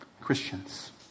Christians